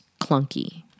clunky